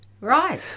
Right